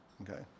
okay